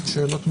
שאלות מעניינות.